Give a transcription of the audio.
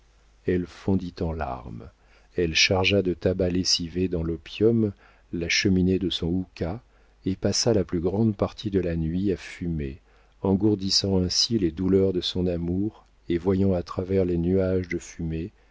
elle fondit en larmes elle chargea de tabac lessivé dans l'opium la cheminée de son houka et passa la plus grande partie de la nuit à fumer engourdissant ainsi les douleurs de son amour et voyant à travers les nuages de fumée